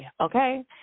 okay